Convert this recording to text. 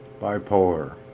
Bipolar